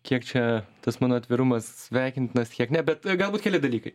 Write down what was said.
kiek čia tas mano atvirumas sveikintinas kiek ne bet galbūt keli dalykai